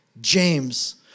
James